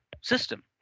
system